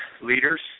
leaders